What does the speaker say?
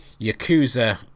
Yakuza